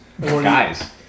guys